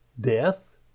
death